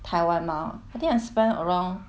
taiwan mah I think I spend around